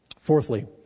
Fourthly